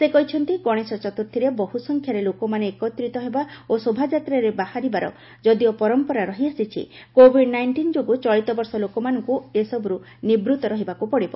ସେ କହିଛନ୍ତିଗଣେଶ ଚତୁର୍ଥରେ ବହୁ ସଂଖ୍ୟାରେ ଲୋକମାନେ ଏକତ୍ରିତ ହେବା ଓ ଶୋଭାଯାତ୍ରାମାନ ବାହାରିବାର ଯଦିଓ ପରମ୍ପରା ରହିଆସିଛି କୋବିଡ ନାଇଣ୍ଟିନ୍ ଯୋଗୁଁ ଚଳିତବର୍ଷ ଲୋକମାନଙ୍କୁ ଏ ସବୁରୁ ନିବୂତ୍ତ ରହିବାକୁ ପଡ଼ିବ